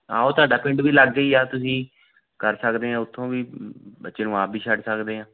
ਆਹੋ ਤੁਹਾਡਾ ਪਿੰਡ ਵੀ ਲਾਗੇ ਹੀ ਆ ਤੁਸੀਂ ਕਰ ਸਕਦੇ ਹੈ ਉੱਥੋਂ ਵੀ ਬੱਚੇ ਨੂੰ ਆਪ ਵੀ ਛੱਡ ਸਕਦੇ ਆ